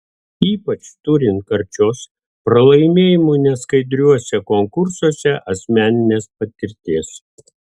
ypač turint karčios pralaimėjimų neskaidriuose konkursuose asmeninės patirties